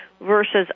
versus